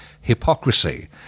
hypocrisy